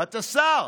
אתה שר.